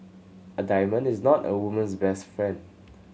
a diamond is not a woman's best friend